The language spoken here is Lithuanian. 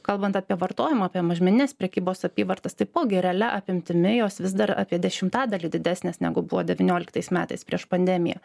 kalbant apie vartojimą apie mažmeninės prekybos apyvartas taipogi realia apimtimi jos vis dar apie dešimtadalį didesnės negu buvo devynioliktas metais prieš pandemiją